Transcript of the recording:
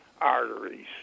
arteries